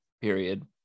period